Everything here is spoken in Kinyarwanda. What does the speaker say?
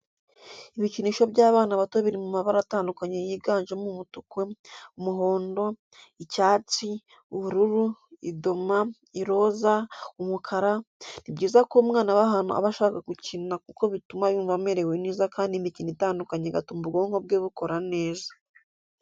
Ibikinisho by'abana bato biri mu mabara atandukanye yiganjemo umutuku, umuhondo, icyatsi, ubururu, idoma, iroza, umukara, Ni byiza ko umwana aba ahantu abasha gukina kuko bituma yumva amerewe neza kandi imikino itandukanye igatuma ubwonko bwe bukora neza.